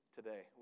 Today